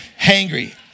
Hangry